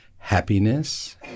happiness